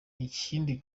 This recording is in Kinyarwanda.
ikindi